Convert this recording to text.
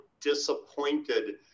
disappointed